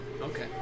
Okay